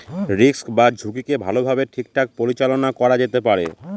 risk বা ঝুঁকিকে ভালোভাবে ঠিকঠাক পরিচালনা করা যেতে পারে